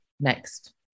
next